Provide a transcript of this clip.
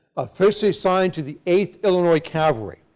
officially assigned to the eighth illinois cavalry,